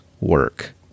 work